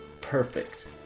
perfect